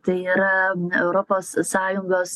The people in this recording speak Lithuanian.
tai yra europos sąjungos